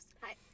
Hi